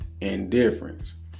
Indifference